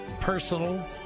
personal